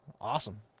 Awesome